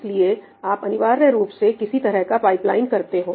इसलिए आप अनिवार्य रूप से किसी तरह का पाइपलाइन करते हो